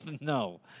No